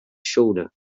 shoulder